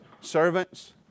servants